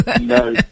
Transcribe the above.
No